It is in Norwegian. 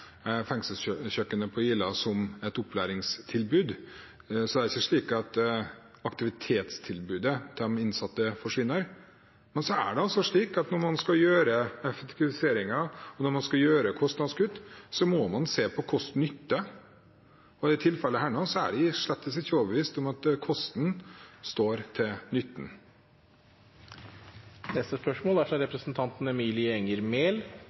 fengselskjøkkenet på Ila som et opplæringstilbud. Så det er ikke slik at aktivitetstilbudet til de innsatte forsvinner. Men når man skal gjøre effektiviseringer, og når man skal gjøre kostnadskutt, må man se på kost–nytte-effekten, og i dette tilfellet er jeg slettes ikke overbevist om at kosten står i forhold til nytten. «Politijuristene slår alarm om krise i påtalemyndigheten. I Innlandet politidistrikt er